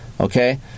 okay